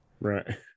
Right